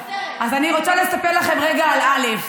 אז אני רוצה לספר לכם רגע על א'.